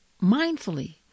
mindfully